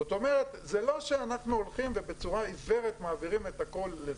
זאת אומרת זה לא שאנחנו הולכים ובצורה עיוורת מעבירים את הכל לזה.